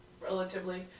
relatively